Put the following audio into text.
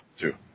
two